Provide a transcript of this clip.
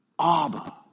Abba